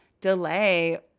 delay